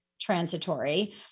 transitory